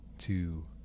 Two